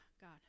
God